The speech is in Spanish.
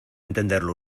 entenderlo